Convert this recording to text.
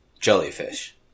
jellyfish